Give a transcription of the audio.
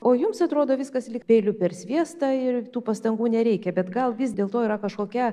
o jums atrodo viskas lyg peiliu per sviestą ir tų pastangų nereikia bet gal vis dėlto yra kažkokia